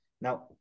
Now